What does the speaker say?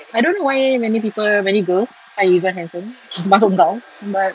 I don't know why many people many girls find izuan handsome termasuk kau but